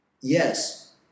Yes